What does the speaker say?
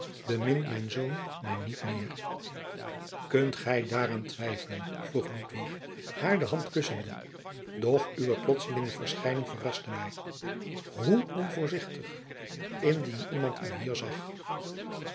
bemint mijn zoon mij niet meer kunt gij daaraan twijfelen vroeg ludwig haar de hand kussende doch uwe plotselinge verschijning verrastte mij hoe onvoorzichtig indien iemand u hier zag